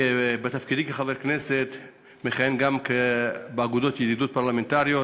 בתפקידי כחבר כנסת אני מכהן גם באגודות ידידות פרלמנטריות,